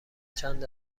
چند